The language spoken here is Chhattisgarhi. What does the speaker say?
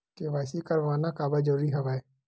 के.वाई.सी करवाना काबर जरूरी हवय?